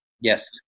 Yes